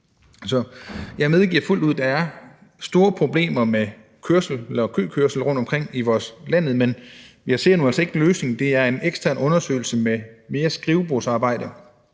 jeg medgiver fuldt ud, at der er store problemer med køkørsel rundtomkring i vores land, men jeg ser nu altså ikke, at en løsning er en ekstern undersøgelse med mere skrivebordsarbejde,